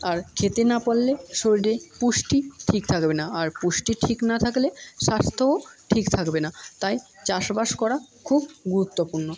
আর খেতে না পারলে শরীরে পুষ্টি ঠিক থাকবে না আর পুষ্টি ঠিক না থাকলে স্বাস্থ্যও ঠিক থাকবে না তাই চাষবাস করা খুব গুরুত্বপূর্ণ